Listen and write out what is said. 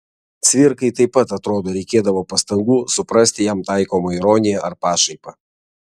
cvirkai taip pat atrodo reikėdavo pastangų suprasti jam taikomą ironiją ar pašaipą